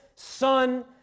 Son